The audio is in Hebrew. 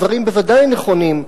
הדברים בוודאי הם נכונים,